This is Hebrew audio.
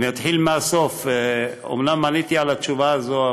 אתחיל מהסוף: אומנם עניתי את התשובה הזו,